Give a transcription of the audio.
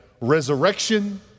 Resurrection